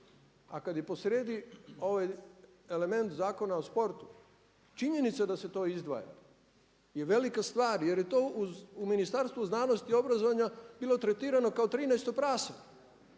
a kada je po srijedi ovaj element Zakona o sportu činjenica da se to izdvaja je velika stvar je je to u Ministarstvu znanosti i obrazovanja bilo tretirano kao 13-to prase.